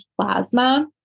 plasma